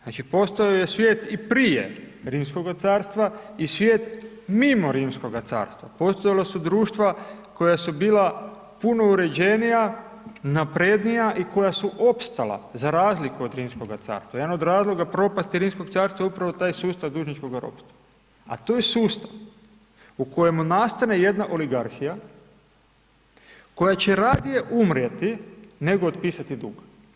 Znači postojao je svijet i prije Rimskoga carstva i svijest mimo Rimskoga carstva, postojala su društva koja su bila puno uređenija, naprednija i koja su opstala za razliku od Rimskoga carstva, jedan od razloga propasti Rimskoga carstva je upravo taj sustav dužničkoga ropstva, a to je sustav u kojemu nastane jedna oligarhija koja će radije umrijeti nego otpisati dug.